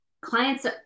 clients